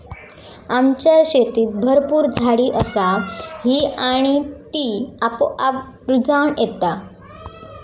आमच्या शेतीत भरपूर झाडी असा ही आणि ती आपोआप रुजान येता